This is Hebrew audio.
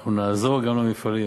ואנחנו נעזור גם למפעלים.